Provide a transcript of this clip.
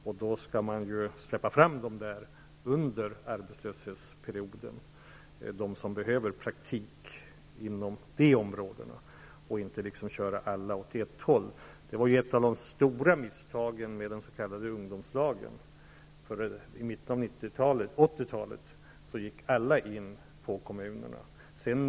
Därför skall man under arbetslöshetsperioden där släppa fram de ungdomar som behöver praktik inom de områdena och inte så att säga köra alla åt ett håll. Det var ett av de stora misstagen med de s.k. ungdomslagen -- i mitten av 80-talet gick alla in på kommunernas verksamhetsområden.